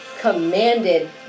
commanded